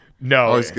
No